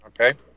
okay